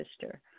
sister